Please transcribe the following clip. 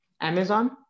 Amazon